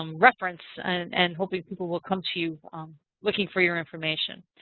um reference and hopefully people will come to you looking for your information.